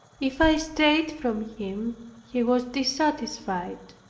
if i stayed from him he was dissatisfied.